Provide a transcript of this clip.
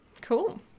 Cool